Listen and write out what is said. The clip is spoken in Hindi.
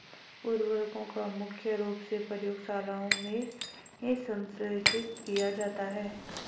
उर्वरकों को मुख्य रूप से प्रयोगशालाओं में संश्लेषित किया जाता है